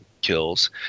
kills